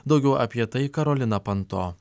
daugiau apie tai karolina panto